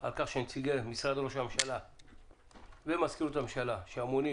על כך שנציגי משרד ראש הממשלה ומזכירות הממשלה שאמונים